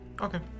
Okay